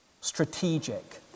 strategic